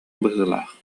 быһыылаах